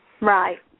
Right